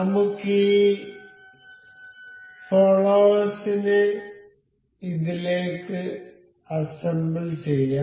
നമുക്ക് ഈ ഫോള്ളോവെഴ്സിനെ ഇതിലേക്ക് അസ്സെംബിൾ ചെയ്യാം